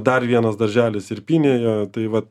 dar vienas darželis ir pynėjo tai vat